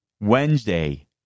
Wednesday